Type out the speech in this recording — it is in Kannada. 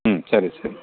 ಹ್ಞೂ ಸರಿ ಸರಿ